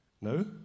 No